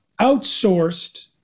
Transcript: outsourced